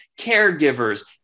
caregivers